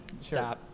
Sure